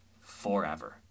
forever